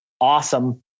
Awesome